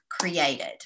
created